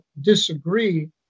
disagree